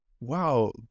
wow